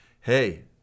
Hey